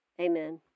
Amen